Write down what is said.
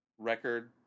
record